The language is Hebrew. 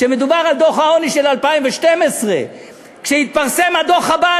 שמדובר על דוח העוני של 2012. כשיתפרסם הדוח הבא,